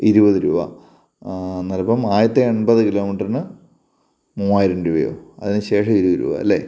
ഇരുവത് രൂപ എന്നാലിപ്പോള് ആദ്യത്തെ എൺപത് കിലോമീറ്ററിന് മൂവായിരം രൂപയാവും അതിന് ശേഷം ഇരുപത് രൂപാല്ലെ